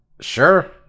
Sure